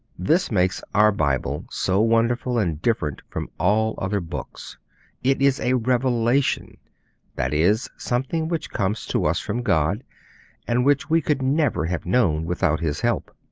this makes our bible so wonderful and different from all other books it is a revelation that is, something which comes to us from god and which we could never have known without his help.